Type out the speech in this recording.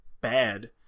bad